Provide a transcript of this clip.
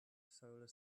solar